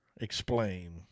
explain